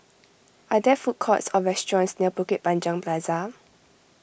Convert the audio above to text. are there food courts or restaurants near Bukit Panjang Plaza